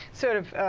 sort of